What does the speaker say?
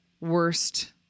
worst